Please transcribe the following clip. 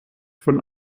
von